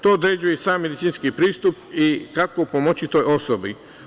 To određuje i sam medicinski pristup i kako pomoći toj osobi.